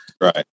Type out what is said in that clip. right